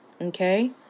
okay